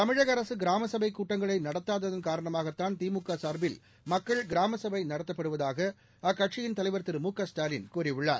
தமிழகஅரசுகிராமசபைக் கூட்டங்களைநடத்தாதன் காரணமாகத்தான் திமுகசார்பில் மக்கள் கிராம சபை நடத்தப்படுவதாகஅக்கட்சியின் தலைவர் திரு மு க ஸ்டாலின் கூறியுள்ளார்